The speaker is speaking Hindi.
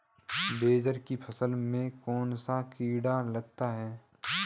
बाजरे की फसल में कौन सा कीट लगता है?